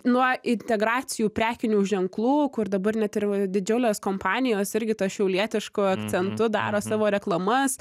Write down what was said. nuo integracijų prekinių ženklų kur dabar net ir didžiulės kompanijos irgi tuo šiaulietišku akcentu daro savo reklamas